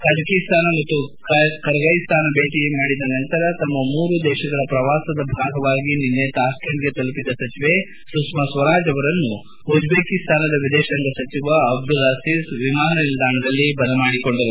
Kazakhstan ಮತ್ತು Kyrgyzstan ಭೇಟಿ ಮಾಡಿದ ನಂತರ ತಮ್ಮ ಮೂರು ದೇಶಗಳ ಪ್ರವಾಸದ ಭಾಗವಾಗಿ ನಿನ್ನೆ ತಾಫೆಂಟ್ಗೆ ತಲುಪಿದ ಸಚಿವೆ ಸುಷ್ನಾ ಸ್ವರಾಜ್ ಅವರನ್ನು ಉಜ್ಲೇಕಿಸ್ತಾನದ ವಿದೇಶಾಂಗ ಸಚಿವ ಅಬ್ದುಲಾಸಿಸ್ ಕಮಿಕಲೊವ್ ವಿಮಾನ ನಿಲ್ದಾಣದಲ್ಲಿ ಬರಮಾಡಿಕೊಂಡರು